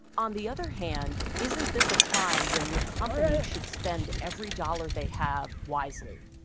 on the other hand, isn't this a time when your company should spend every dollar they have wisely?